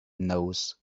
knows